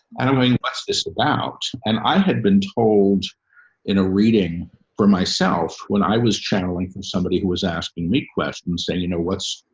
and um i mean this about, and i had been told in a reading for myself when i was channeling from somebody who was asking me questions and you know, what's,